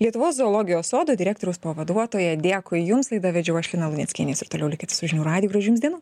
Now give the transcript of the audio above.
lietuvos zoologijos sodo direktoriaus pavaduotoją dėkui jums laidą vedžiau aš lina luneckienė ir toliau likit su žinių radiju gražių jums dienų